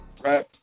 rap